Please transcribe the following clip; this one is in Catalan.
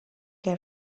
que